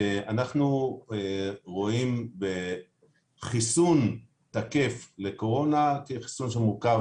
אנחנו רואים בחיסון תקף לקורונה כחיסון שמורכב